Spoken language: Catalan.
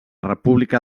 república